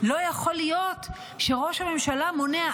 לא יכול להיות שראש הממשלה מונע.